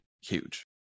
huge